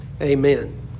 Amen